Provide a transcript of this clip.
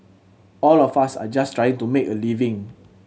all of us are just trying to make a living